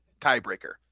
tiebreaker